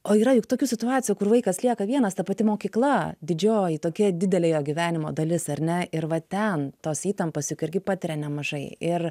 o yra juk tokių situacijų kur vaikas lieka vienas ta pati mokykla didžioji tokia didelė jo gyvenimo dalis ar ne ir va ten tos įtampos juk irgi patiria nemažai ir